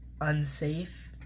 unsafe